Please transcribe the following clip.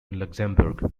luxembourg